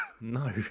No